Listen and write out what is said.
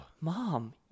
Mom